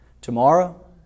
tomorrow